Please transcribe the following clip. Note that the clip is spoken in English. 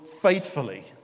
faithfully